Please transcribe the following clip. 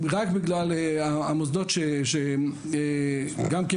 רק בגלל המוסדות שהם גם כן,